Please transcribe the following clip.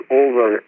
over